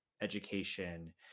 education